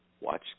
watch